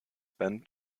band